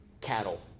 cattle